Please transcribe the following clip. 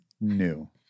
new